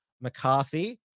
McCarthy